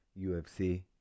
UFC